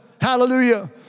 hallelujah